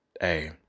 hey